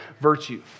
virtue